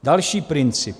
Další princip.